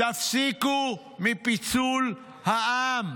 תפסיקו עם פיצול העם.